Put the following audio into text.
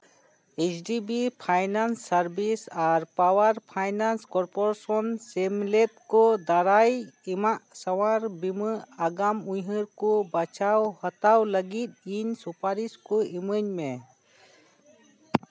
H D B finance service ᱟᱨ power finance corporation ᱥᱮᱢᱞᱮᱫ ᱠᱚ ᱫᱟᱨᱟᱭ ᱮᱢᱟᱜ ᱥᱟᱶᱟᱨ ᱵᱤᱢᱟᱹ ᱟᱜᱟᱢ ᱩᱭᱦᱟᱹᱨ ᱠᱚ ᱵᱟᱪᱷᱟᱣ ᱦᱟᱛᱟᱣ ᱞᱟᱹᱜᱤᱫ ᱤᱧ ᱥᱩᱯᱟᱨᱤᱥ ᱠᱚ ᱤᱢᱟᱹᱧ ᱢᱮ